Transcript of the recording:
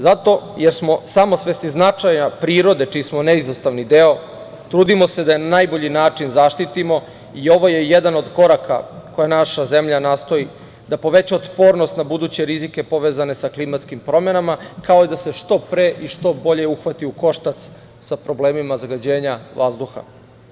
Zato jesmo samosvesni značaja prirode čiji smo neizostavni deo, trudimo se da na najbolji način zaštitimo i ovo je jedan od koraka, koje naša zemlja nastoji da poveća otpornost na buduće rizike povezane sa klimatskim promenama, kao i da se što pre i što bolje uhvati u koštac sa problemima zagađenja vazduha.